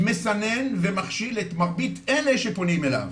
מסנן ומכשיל את מרבית, אלה שפונים אליו.